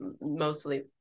mostly